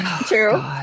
true